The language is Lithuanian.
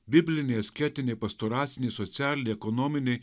bibliniai asketiniai pastoraciniai socialiniai ekonominiai